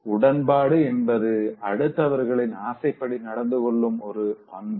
உடன்பாடு என்பது அடுத்தவர்களின் ஆசைப்படி நடந்துகொள்ளும் ஒரு பண்பு